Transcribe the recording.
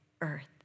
earth